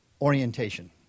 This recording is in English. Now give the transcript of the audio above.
orientation